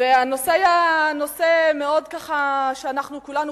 והנושא היה נושא שכולנו,